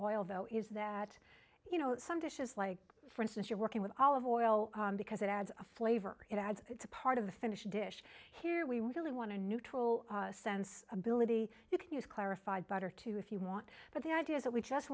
oil though is that you know some dishes like for instance you're working with olive oil because it adds a flavor it adds it's a part of the finished dish here we really want to neutral sense ability you can use clarified butter too if you want but the idea is that we just